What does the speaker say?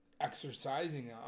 exercising